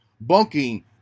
bunking